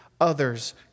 others